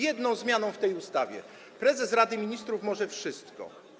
Jedna zmiana w tej ustawie i prezes Rady Ministrów może wszystko.